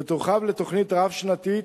ותורחב לתוכנית רב-שנתית